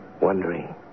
Wondering